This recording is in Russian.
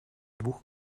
двух